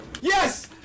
Yes